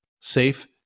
safe